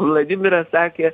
vladimiras sakė